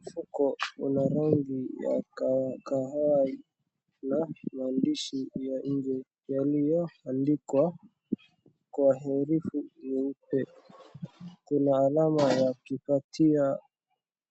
Mfuko una rangi ya kahawa na maandishi ya nje yaliyoandikwa kwa herufi nyeupe. Kuna alama ya kipatia.